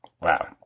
Wow